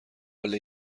قله